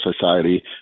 society